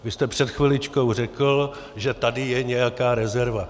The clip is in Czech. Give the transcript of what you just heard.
Vy jste před chviličkou řekl, že tady je nějaká rezerva.